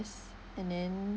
and then